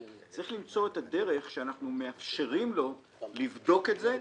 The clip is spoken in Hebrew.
צריך למצוא את הדרך שאנחנו מאפשרים לו לבדוק את זה,